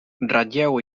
ratlleu